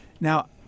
Now